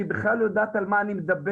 שהיא בכלל לא יודעת על מה אני מדבר.